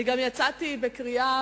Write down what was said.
יצאתי בקריאה,